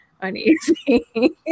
uneasy